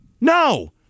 No